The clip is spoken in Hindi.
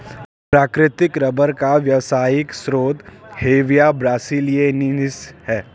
प्राकृतिक रबर का व्यावसायिक स्रोत हेविया ब्रासिलिएन्सिस है